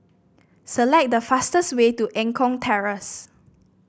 select the fastest way to Eng Kong Terrace